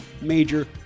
major